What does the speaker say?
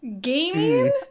gaming